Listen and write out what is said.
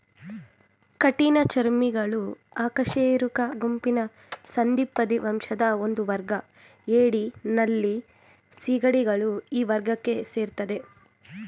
ಕಠಿಣಚರ್ಮಿಗಳು ಅಕಶೇರುಕ ಗುಂಪಿನ ಸಂಧಿಪದಿ ವಂಶದ ಒಂದುವರ್ಗ ಏಡಿ ನಳ್ಳಿ ಸೀಗಡಿಗಳು ಈ ವರ್ಗಕ್ಕೆ ಸೇರ್ತದೆ